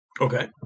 Okay